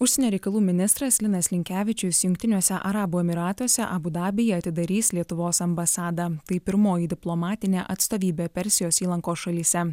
užsienio reikalų ministras linas linkevičius jungtiniuose arabų emyratuose abu dabyje atidarys lietuvos ambasadą tai pirmoji diplomatinė atstovybė persijos įlankos šalyse